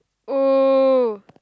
oh